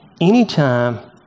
anytime